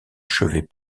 chevet